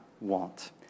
want